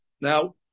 Now